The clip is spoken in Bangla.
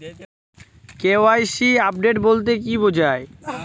কে.ওয়াই.সি আপডেট বলতে কি বোঝায়?